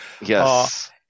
Yes